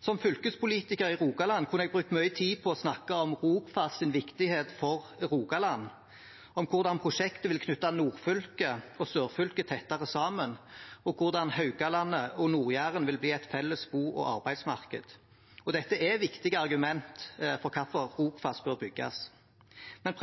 Som fylkespolitiker i Rogaland kunne jeg brukt mye tid på å snakke om viktigheten av Rogfast for Rogaland, om hvordan prosjektet vil knytte nordfylket og sørfylket tettere sammen, og hvordan Haugalandet og Nord-Jæren vil bli et felles bo- og arbeidsmarked. Dette er viktige argumenter for hvorfor Rogfast bør bygges. Men